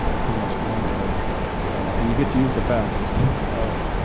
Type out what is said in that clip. pretty much annually and you get to use the best of.